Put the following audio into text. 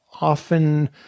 often